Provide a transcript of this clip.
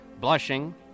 blushing